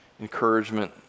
encouragement